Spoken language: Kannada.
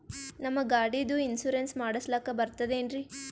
ನಮ್ಮ ಗಾಡಿದು ಇನ್ಸೂರೆನ್ಸ್ ಮಾಡಸ್ಲಾಕ ಬರ್ತದೇನ್ರಿ?